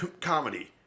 comedy